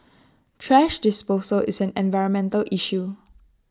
thrash disposal is an environmental issue